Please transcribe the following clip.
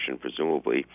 presumably